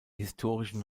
historischen